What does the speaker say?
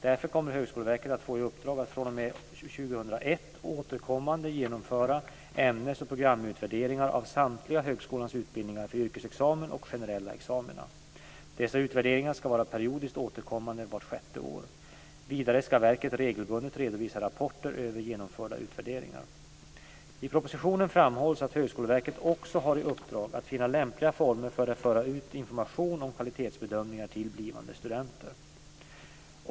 Därför kommer Högskoleverket att få i uppdrag att fr.o.m. 2001 återkommande genomföra ämnes och programutvärderingar av samtliga högskolans utbildningar för yrkesexamen och generella examina. Dessa utvärderingar ska vara periodiskt återkommande vart sjätte år. Vidare ska verket regelbundet redovisa rapporter över genomförda utvärderingar. I propositionen framhålls att Högskoleverket också har i uppdrag att finna lämpliga former för att föra ut information om kvalitetsbedömningarna till blivande studenter.